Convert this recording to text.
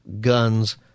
guns